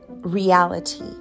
reality